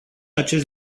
acest